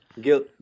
Guilt